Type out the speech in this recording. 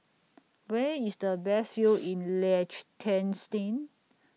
Where IS The Best View in Liechtenstein